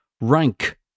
rank